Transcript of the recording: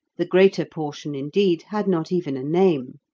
the greater portion, indeed, had not even a name.